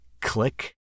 Click